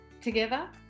Together